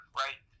right